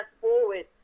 forward